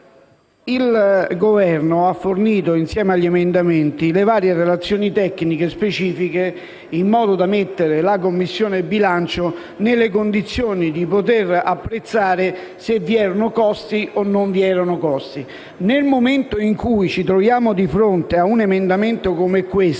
il Governo ha fornito, insieme agli emendamenti, le specifiche relazioni tecniche in modo da mettere la Commissione bilancio nelle condizioni di poter apprezzare se vi fossero o meno costi aggiuntivi. Nel momento in cui ci troviamo di fronte a un emendamento come questo,